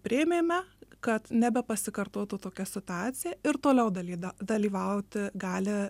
priėmėme kad nebepasikartotų tokia situacija ir toliau dalida dalyvauti gali